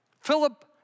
Philip